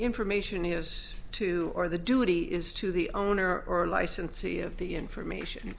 information has to or the duty is to the owner or licensee of the information